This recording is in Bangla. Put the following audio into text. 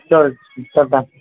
চল টাটা